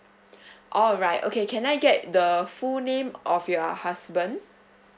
alright okay can I get the full name of your husband